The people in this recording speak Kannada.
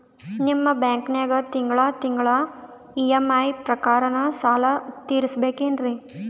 ನಿಮ್ಮ ಬ್ಯಾಂಕನಾಗ ತಿಂಗಳ ತಿಂಗಳ ಇ.ಎಂ.ಐ ಪ್ರಕಾರನ ಸಾಲ ತೀರಿಸಬೇಕೆನ್ರೀ?